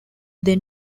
then